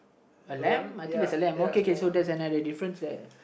a lamp I think there is a lamp okay okay that's another difference there